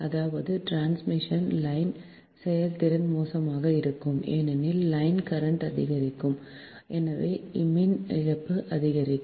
அதாவது transmission line செயல்திறன் மோசமாக இருக்கும் ஏனெனில் லைன் கரண்ட் அதிகரிக்கும் எனவே மின் இழப்பு அதிகரிக்கும்